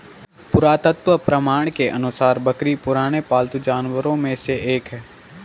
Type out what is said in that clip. पुरातत्व प्रमाण के अनुसार बकरी पुराने पालतू जानवरों में से एक है